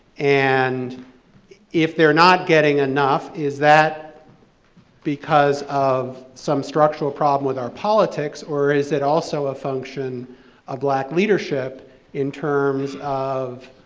and if they're not getting enough, is that because of some structural problem with our politics or is it also a function of black leadership in terms of